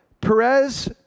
Perez